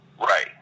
Right